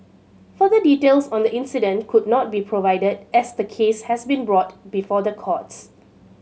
further details on the incident could not be provided as the case has been brought before the courts